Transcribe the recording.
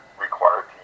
required